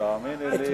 תאמיני לי,